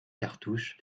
cartouches